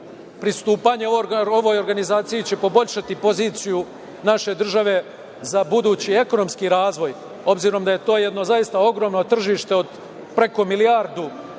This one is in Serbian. pristupanje ovoj organizaciji poboljšati poziciju naše države za budući ekonomski razvoj, obzirom da je to jedno ogromno tržište od preko milijardi